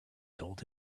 told